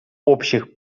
общих